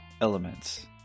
elements